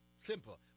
Simple